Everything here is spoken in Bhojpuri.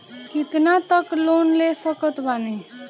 कितना तक लोन ले सकत बानी?